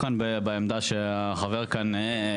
כן,